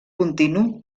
continu